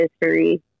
history